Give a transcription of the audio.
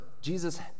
Jesus